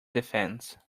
defense